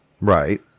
Right